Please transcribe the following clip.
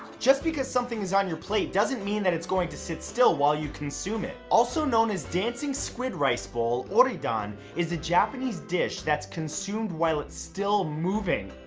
just because something is on your plate doesn't mean that it's going to sit still while you consume it. also known as dancing squid rice bowl, odori-don is a japanese dish that's consumed while it's still moving.